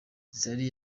zari